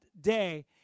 day